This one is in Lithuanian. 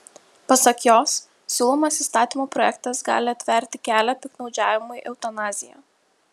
pasak jos siūlomas įstatymo projektas gali atverti kelią piktnaudžiavimui eutanazija